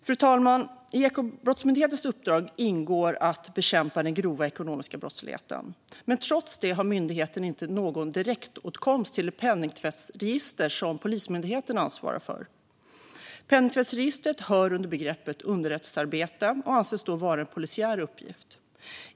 Fru talman! I Ekobrottsmyndighetens uppdrag ingår att bekämpa den grova ekonomiska brottsligheten, men trots det har myndigheten inte direktåtkomst till det penningtvättsregister som Polismyndigheten ansvarar för. Penningtvättsregistret sorterar under begreppet underrättelsearbete och anses vara en polisiär angelägenhet.